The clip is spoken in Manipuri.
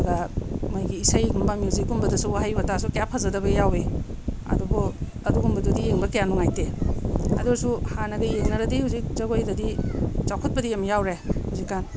ꯑꯗꯨꯒ ꯃꯣꯏꯒꯤ ꯏꯁꯩꯒꯨꯝꯕ ꯃ꯭ꯌꯨꯖꯤꯛ ꯀꯨꯝꯕꯗꯁꯨ ꯋꯥꯍꯩ ꯋꯥꯇꯥꯁꯨ ꯀꯌꯥ ꯐꯖꯗꯕ ꯌꯥꯎꯏ ꯑꯗꯨꯕꯨ ꯑꯗꯨꯒꯨꯝꯕꯗꯨꯗꯤ ꯌꯦꯡꯕ ꯀꯌꯥ ꯅꯨꯡꯉꯥꯏꯇꯦ ꯑꯗꯨꯁꯨ ꯍꯥꯟꯅꯒ ꯌꯦꯡꯅꯔꯒꯗꯤ ꯍꯧꯖꯤꯛ ꯖꯒꯣꯏꯗꯗꯤ ꯆꯥꯎꯈꯠꯄꯗꯤ ꯌꯥꯝ ꯌꯥꯎꯔꯦ ꯍꯧꯖꯤꯛꯀꯥꯟ